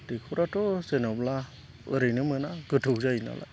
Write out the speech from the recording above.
दैखराथ' जेनेबा ओरैनो मोना गोथौ जायो नालाय